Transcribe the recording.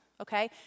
okay